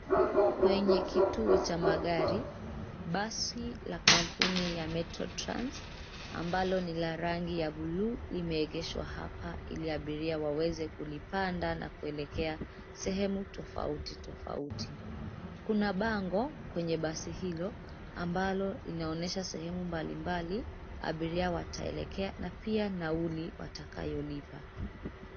Kwenye kituo cha magari, basi la kampuni ya Metro Trans ambalo ni la rangi ya buluu; limeegeshwa hapa ili abiria waweze kulipanda na kuelekea sehemu tofauti tofauti. Kuna bango kwenye basi hilo ambalo linaonyesha sehemu mbalimbali abiria wataelekea na pia nauli watakayolipa.